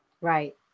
right